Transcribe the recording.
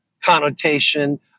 connotation